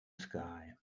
sky